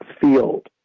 field